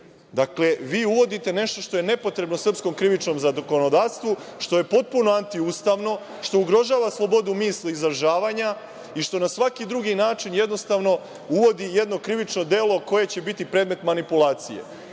vi uvodite nešto što je nepotrebno srpskom krivičnom zakonodavstvu što je potpuno antiustavno, što ugrožava slobodu misli izražavanja i što na svaki drugi način jednostavno uvodi jedno krivično delo koje će biti predmet manipulacije